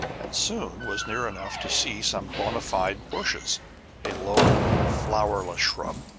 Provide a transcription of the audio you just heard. and soon was near enough to see some bona-fide bushes a low, flowerless shrub,